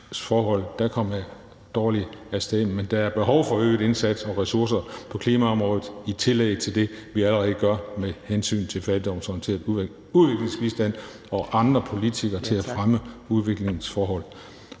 er meget vigtig ... der er behov for øgede indsatser og ressourcer på klimaområdet i tillæg til det, vi allerede gør med hensyn til fattigdomsorienteret ulandsbistand og andre politikker til at fremme udviklingslandenes